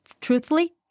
truthfully